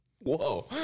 Whoa